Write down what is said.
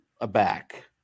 aback